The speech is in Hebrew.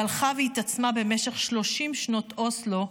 שהלכה והתעצמה במשך 30 שנות אוסלו,